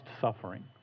suffering